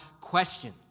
question